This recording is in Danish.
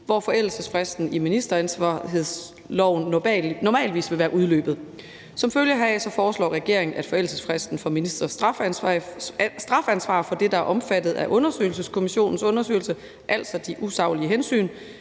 hvor forældelsesfristen i ministeransvarlighedsloven normalvis vil være udløbet. Som følge heraf foreslår regeringen, at forældelsesfristen for ministres strafansvar for det, der er omfattet af undersøgelseskommissionens undersøgelse, altså de usaglige hensyn,